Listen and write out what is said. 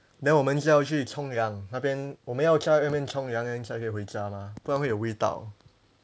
then 我们是要去冲凉那边我们要在那边冲凉才可以回家嘛不然会有味道